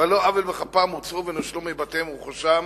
ועל לא עוול בכפם הוצאו ונושלו מבתיהם ורכושם,